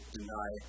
deny